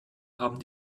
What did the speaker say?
haben